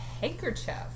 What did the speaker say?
handkerchief